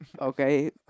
Okay